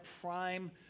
prime